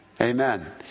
Amen